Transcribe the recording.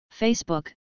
Facebook